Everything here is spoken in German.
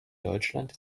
deutschland